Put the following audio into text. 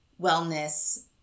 wellness